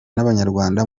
n’abanyarwanda